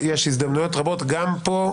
יש הזדמנויות רבות גם פה.